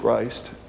Christ